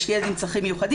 יש לי ילד עם צרכים מיוחדים,